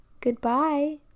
goodbye